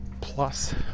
plus